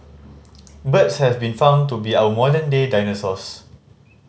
birds have been found to be our modern day dinosaurs